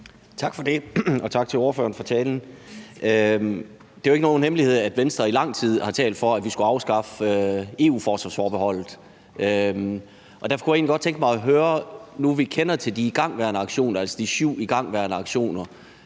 Tak for det, og tak til ordføreren for talen. Det er jo ikke nogen hemmelighed, at Venstre i lang tid har talt for, at vi skulle afskaffe EU-forsvarsforbeholdet. Derfor kunne jeg egentlig godt tænke mig at høre, nu vi kender til de igangværende aktioner – altså de syv igangværende aktioner,